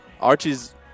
Archie's